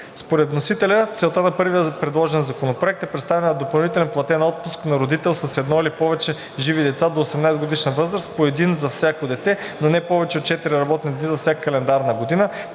Според вносителя целта на първия предложен законопроект е предоставяне на допълнителен платен отпуск на родител с едно или повече живи деца до 18-годишна възраст, по един ден за всяко дете, но не повече от 4 работни дни за всяка календарна година.